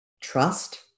trust